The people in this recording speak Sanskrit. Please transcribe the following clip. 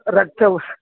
रक्तम्